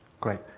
Great